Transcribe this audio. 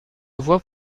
voix